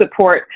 support